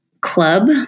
club